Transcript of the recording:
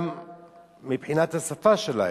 גם מבחינת השפה שלהם.